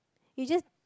you just